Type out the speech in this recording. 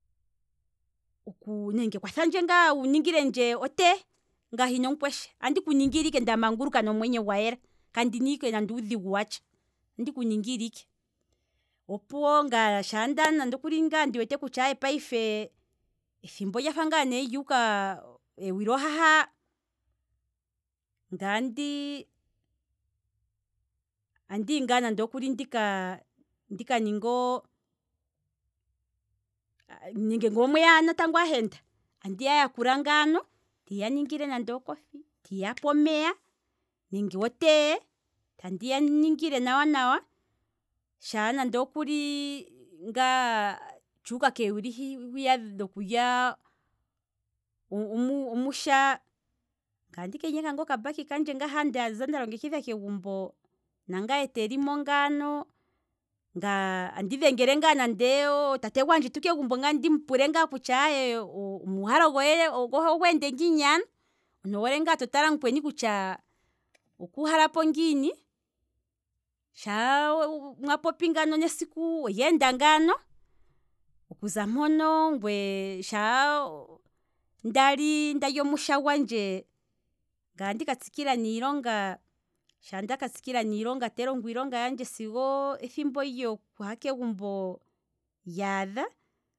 Nenge kwathandje ngaa wu ningilendje nande otea, andiku ningile ndamanguluka ike nomwenyo gwayela, ngaye kiina mukweshe, kandina ike nande uudhigu watsha, andiku ningile ike, opuwo ngaye shaa nga ndi wete nande okuli kutya payife, ethimbo olyafa ngaa ne lyuuka, owili ohaha, ngaye andi hingaa ne ndika ninge, nenge nge omweya natango ahenda. andiya yakula ngaano, tiya ningile nande o coffee, tandi yape omeya nenge o tea, tandi ya ningile nawa nawa, shaa nande okuli shi ngaa tshuuka keewili dhiya dhokulya omusha, ngaye andika enyeka ngaa okambakikandje ha ndeya nda longekidha okuza kegumbo, nangaye te limo ngaano ngaye andi dhengele nande otate gwandjetu kegumbo ndimu pule ngaa kutya omuuhalo gohe ogweende ngiini ano, omuntu owoole ngaa totala mukweni kutya okuuhalapo ngiini, shaa mwapopi ngano nesiku olyeenda ngaano, okuza mpono ngwee, sha ndali omusha gwandje ngaye andika tshikila niinilonga, shaa ndaka tsikila niilonga, tandi longo iilonga yandje sigo ethimbo lyokuha kegumbo lyaadha